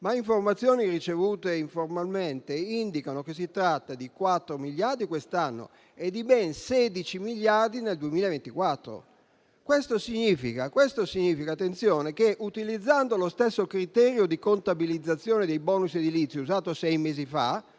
ma informazioni ricevute informalmente indicano che si tratta di 4 miliardi quest'anno e di ben 16 miliardi nel 2024. Ciò significa che - attenzione - utilizzando lo stesso criterio di contabilizzazione dei *bonus* edilizi usato sei mesi fa,